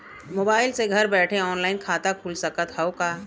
Mobile से घर बैठे ऑनलाइन खाता खुल सकत हव का?